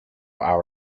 our